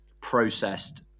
processed